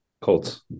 Colts